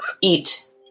eat